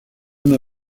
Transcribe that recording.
una